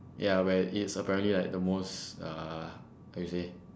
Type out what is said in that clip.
ya where it's apparently like the most uh how to say